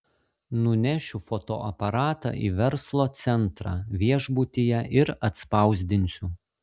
nunešiu fotoaparatą į verslo centrą viešbutyje ir atspausdinsiu